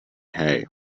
hay